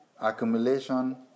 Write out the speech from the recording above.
accumulation